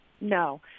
No